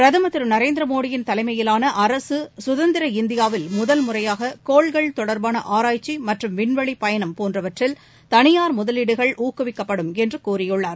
பிரதமர் திருநரேந்திர மோடியின் தலைமையிலான அரசு கதந்திர இந்தியாவில் முதல்முறையாக கோள்கள் தொடர்பான ஆராய்ச்சி மற்றும் விண்வெளி பயணம் போன்றவற்றில் தனியார் முதலீடுகள் ஊக்குவிக்கப்படும் என்று அவர் கூறியுள்ளார்